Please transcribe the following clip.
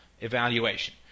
evaluation